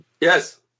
Yes